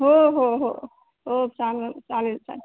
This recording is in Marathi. हो हो हो हो चालेल चालेल चालेल